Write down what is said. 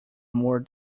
more